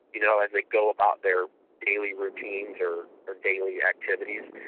you know, as they go about their daily routines or or daily activities,